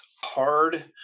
hard